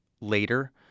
later